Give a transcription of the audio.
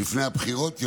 בשלושה חודשים,